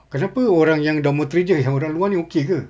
kenapa orang yang dormitory jer yang orang luar ini okay ke